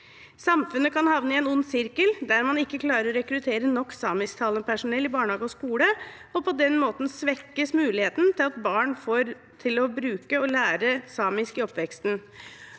Sam funnet kan havne i en ond sirkel, der man ikke klarer å rekruttere nok samisktalende personell i barnehage og skole, og på den måten svekkes muligheten barn får til å bruke og lære samisk i oppveksten.